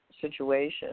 situation